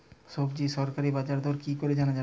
সবজির সরকারি বাজার দর কি করে জানা যাবে?